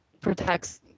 protects